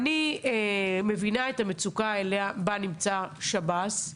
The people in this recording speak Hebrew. אני מבינה את המצוקה בה נמצא שב"ס,